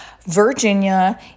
Virginia